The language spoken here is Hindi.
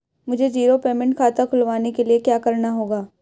मुझे जीरो पेमेंट खाता खुलवाने के लिए क्या करना होगा?